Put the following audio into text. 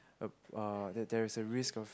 um uh that there's a risk of